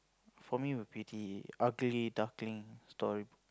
for me would be the ugly duckling story